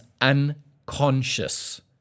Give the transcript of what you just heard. unconscious